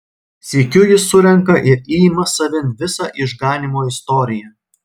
sykiu jis surenka ir įima savin visą išganymo istoriją